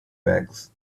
bags